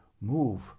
move